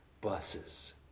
buses